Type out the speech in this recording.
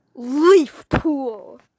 Leafpool